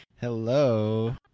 Hello